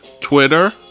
Twitter